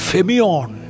Femion